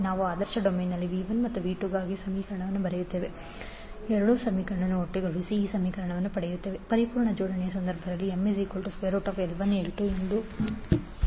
ನಾವು ಆವರ್ತನ ಡೊಮೇನ್ನಲ್ಲಿ v 1 ಮತ್ತು v2ಗಾಗಿ ಸಮೀಕರಣಗಳನ್ನು ಬರೆಯುತ್ತೇವೆ V1jωL1I1jωMI2I1V1 jωMI2jωL1 V2jωMI1jωL2I2 ಎರಡೂ ಸಮೀಕರಣಗಳನ್ನು ಒಟ್ಟುಗೂಡಿಸಿ V2jωL2I2MV1L1 jωM2I2L1 ಪರಿಪೂರ್ಣ ಜೋಡಣೆಯ ಸಂದರ್ಭದಲ್ಲಿ ML1L2 ಎಂದು ಈಗ ನಿಮಗೆ ತಿಳಿದಿದೆ